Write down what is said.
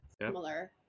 Similar